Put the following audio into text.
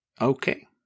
Okay